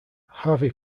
harvey